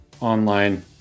online